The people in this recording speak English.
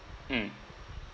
mm